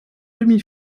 demi